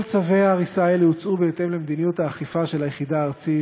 כל צווי ההריסה האלה הוצאו בהתאם למדיניות האכיפה של היחידה הארצית,